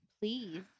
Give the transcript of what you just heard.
Please